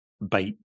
bite